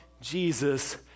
Jesus